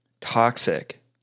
toxic